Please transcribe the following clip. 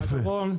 יפה.